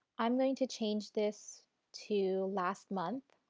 i am going to change this to last month.